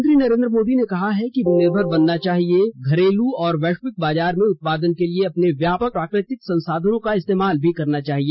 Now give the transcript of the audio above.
प्रधानमंत्री नरेन्द्र मोदी ने कहा है कि भारत को आत्मनिर्भर बनना चाहिए और घरेल तथा वैश्विक बाजार में उत्पादन के लिए अपने व्यापक प्राकृतिक संसाधनों का इस्तेमाल करना चाहिए